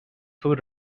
flew